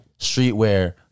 streetwear